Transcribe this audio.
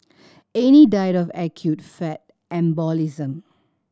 Annie died of acute fat embolism